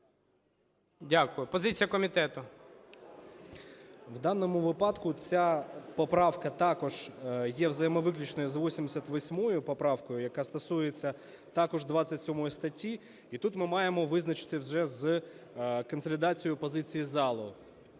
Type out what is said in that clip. В даному випадку ця поправка також є взаємовиключною з 88 поправкою, яка стосується також 27 статті. І тут ми маємо визначити вже з консолідації позиції залу,